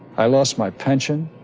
i lost my pension,